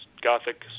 gothic